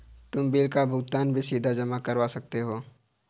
तुम बिल का भुगतान भी सीधा जमा करवा सकते हो